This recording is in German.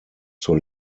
zur